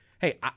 hey